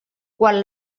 quan